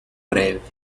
breve